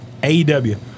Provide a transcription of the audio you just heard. AEW